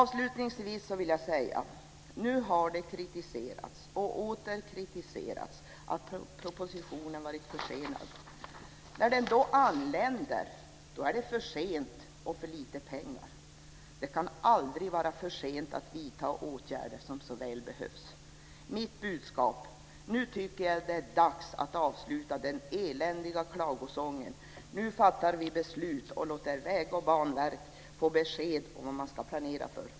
Avslutningsvis vill jag säga detta: Nu har det kritiserats och åter kritiserats att propositionen varit försenad. När den då anländer är det för sent och för lite pengar. Det kan aldrig vara för sent att vidta de åtgärder som så väl behövs. Detta är mitt budskap: Nu tycker jag att det är dags att avsluta den eländiga klagosången. Nu fattar vi beslut och låter väg och banverk få besked om vad man ska planera för.